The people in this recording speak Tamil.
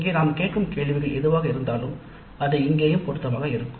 அங்கே நாம் கேட்கும் கேள்விகள் எதுவாக இருந்தாலும் இங்கேயும் பொருந்தும்